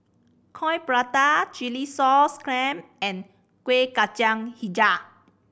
Coin Prata chilli sauce clams and Kueh Kacang Hijau